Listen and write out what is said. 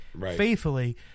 faithfully